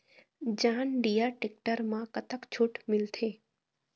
John Deere tractor म कतक छूट मिलथे?